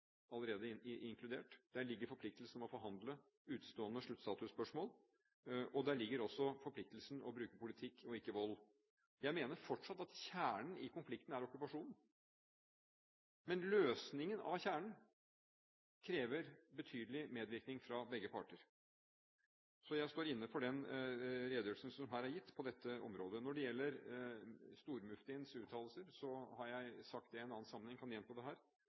allerede inkludert. Der ligger forpliktelsen om å forhandle utestående sluttstatusspørsmål. Der ligger også forpliktelsen til å bruke politikk, ikke vold. Jeg mener fortsatt at kjernen i konflikten er okkupasjonen. Men en løsning av kjernen i dette krever betydelig medvirkning fra begge parter. Så jeg står inne for den redegjørelsen som er gitt på dette området. Når det gjelder stormuftiens uttalelser, har jeg sagt i en annen sammenheng – og jeg kan gjenta det her